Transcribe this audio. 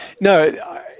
no